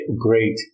great